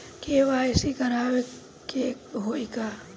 KYC करावे के होई का?